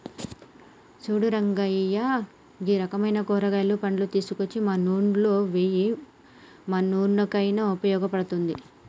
సూడు రంగయ్య గీ రకమైన కూరగాయలు, పండ్లు తీసుకోచ్చి మన్నులో ఎయ్యి మన్నుకయిన ఉపయోగ పడుతుంది